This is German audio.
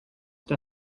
der